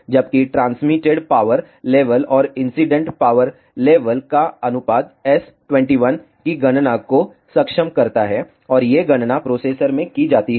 जबकि transmitted power level और incident power level का अनुपात S21 की गणना को सक्षम करता है और ये गणना प्रोसेसर में की जाती हैं